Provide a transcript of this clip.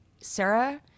Sarah